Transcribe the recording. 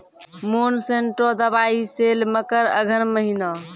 Monsanto दवाई सेल मकर अघन महीना,